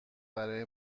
برای